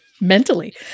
mentally